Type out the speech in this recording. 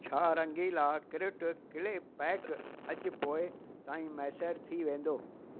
छा Rangeela creative clay pack अॼु पोएं ताईं मुयसरु थी वेंदो